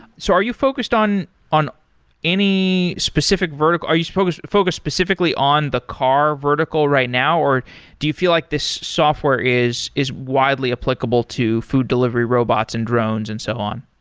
so are you focused on on any specific vertical are you so focused focused specifically on the car vertical right now, or do you feel like this software is is widely applicable to food delivery robots and drones and so on?